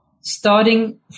starting